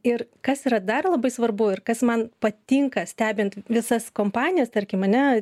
ir kas yra dar labai svarbu ir kas man patinka stebint visas kompanijas tarkim ane